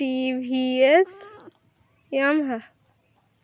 TVS Yamaha